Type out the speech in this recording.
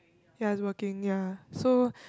ya he's working ya so